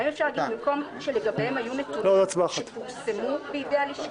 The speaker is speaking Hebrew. האם אפשר להגיד את המילים "שלגביהם היו נתונים שפרסמו בלשכה"?